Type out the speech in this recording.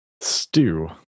Stew